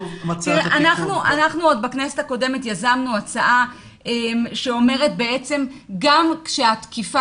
אנחנו עוד בכנסת הקודמת יזמנו הצעה שאומרת שגם כשהתקיפה